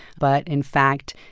but, in fact,